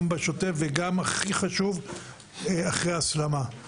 גם בשוטף וגם הכי חשוב אחרי הסלמה.